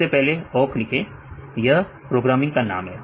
सबसे पहले आप "ओक" "awk" लिखें यह प्रोग्रामिंग का नाम है